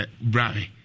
brave